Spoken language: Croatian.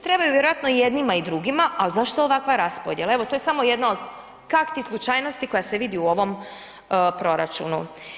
Trebaju vjerojatno jednima i drugima, ali zašto ovakva raspodjela, evo to je samo jedna od kakti slučajnosti koja se vidi u ovom proračunu.